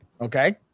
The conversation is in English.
okay